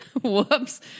Whoops